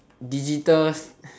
digital